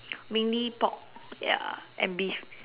mainly pork ya and beef